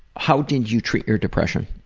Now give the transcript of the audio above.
how did you treat your depression?